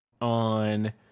on